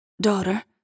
Daughter